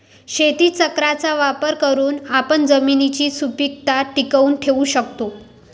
शेतीचक्राचा वापर करून आपण जमिनीची सुपीकता टिकवून ठेवू शकतो